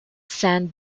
sand